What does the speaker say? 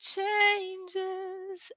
changes